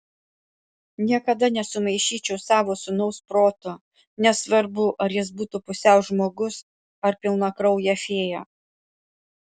niekada nesumaišyčiau savo sūnaus proto nesvarbu ar jis būtų pusiau žmogus ar pilnakraujė fėja